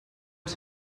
els